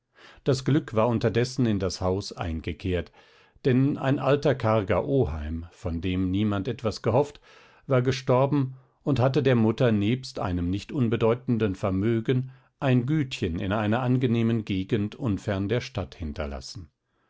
das glück war unterdessen in das haus eingekehrt denn ein alter karger oheim von dem niemand etwas gehofft war gestorben und hatte der mutter nebst einem nicht unbedeutenden vermögen ein gütchen in einer angenehmen gegend unfern der stadt hinterlassen